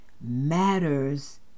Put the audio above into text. matters